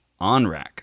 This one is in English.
onrack